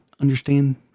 understand